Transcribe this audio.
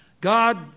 God